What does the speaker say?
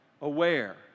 aware